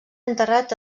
enterrat